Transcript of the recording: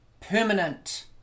permanent